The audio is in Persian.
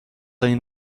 این